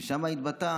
ושם היא התבטאה,